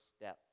step